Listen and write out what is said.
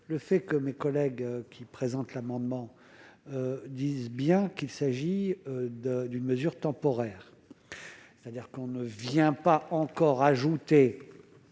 le fait que mes collègues qui présente l'amendement disent bien qu'il s'agit de d'une mesure temporaire, c'est-à-dire qu'on ne vient pas encore rajouter